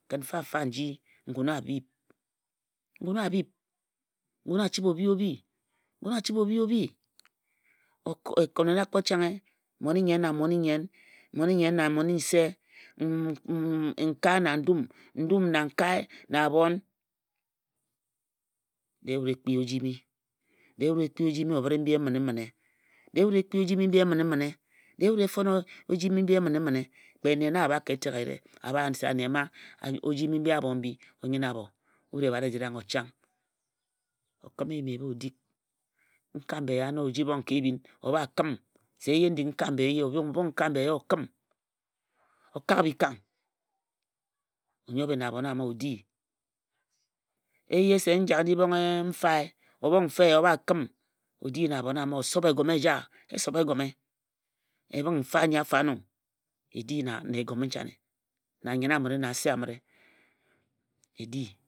Kǝn mfafa nji ngun abhip, Ngun a bhip. Ngun a chibhe obhi obhi ngun a chibhe obhi obhi ekone na kpo chonghe, mmon-i-nnyen, mmon-i-nnyen na mmon-i-nse nkae na ndum, n dum na nkae na abhon. Dee wut e kpi ojimi, dee wut e kpii ojimi obhǝre mbi eminemine dee wut e. Kpii ojimi mbi eminemine dee wote fon oji mi mbi emǝne mine kpe nne na a bhae ka etek ejire a bha yen se ane mma ojimi mbi abho o nyine abho wut ebhat ejire ago chang. O kǝma eyim ebha o dik. O ji bhong nkambe eya na o ji bhong ka ebhin o bha kǝm se eye n dik nkambe o bhong nkambe eya o kǝm o kak bikang o nyobhe na abhon ama o di. Eye se n jak n ji bhong m fae obhong mfae eya o bha kǝm o di na abhon ama o sob egome eja o sob egome, E e bhǝng mfae anyi afo ano e di na Egome nchane. Na anyen amǝre na ase amǝre.